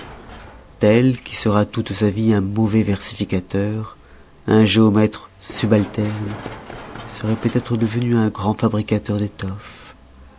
tel qui sera toute sa vie un mauvais versificateur un géomètre subalterne seroit peut-être devenu un grand fabricateur d'étoffes